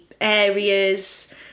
areas